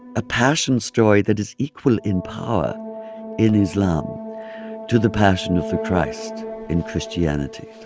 a passion story that is equal in power in islam to the passion of the christ in christianity.